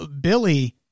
Billy